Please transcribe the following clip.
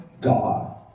God